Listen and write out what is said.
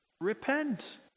repent